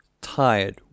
tired